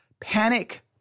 Panic